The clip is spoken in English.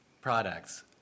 products